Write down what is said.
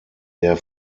der